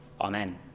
amen